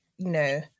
No